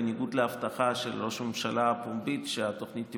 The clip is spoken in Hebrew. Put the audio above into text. בניגוד להבטחה הפומבית של ראש הממשלה שהפעילות תימשך.